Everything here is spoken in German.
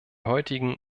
heutigen